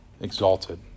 exalted